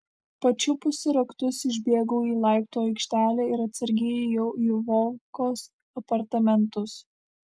pačiupusi raktus išbėgau į laiptų aikštelę ir atsargiai įėjau į vovkos apartamentus